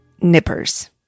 Nippers